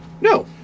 No